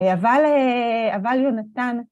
‫אבל אבל יונתן...